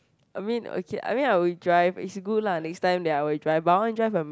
I mean okay I mean I will drive it's good lah next time then I will drive but I wanna drive a